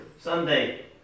Sunday